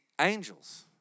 angels